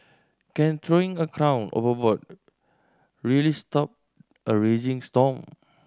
can throwing a crown overboard really stop a raging storm